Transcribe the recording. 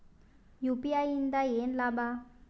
UPI ಇಂದ ಏನ್ ಲಾಭ?